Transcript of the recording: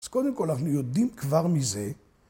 ‫אז קודם כול, אנחנו יודעים כבר מזה.